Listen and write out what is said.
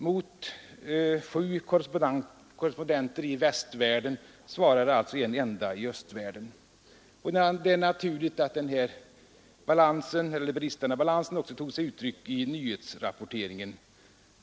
Mot sju korrespondenter i västvärlden svarade alltså en enda i östvärlden. Det är naturligt att denna bristande balans tog sig uttryck i nyhetsrapporteringen.